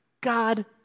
God